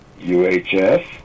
UHF